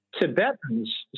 tibetans